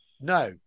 No